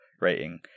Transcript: rating